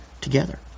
together